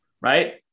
right